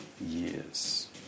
years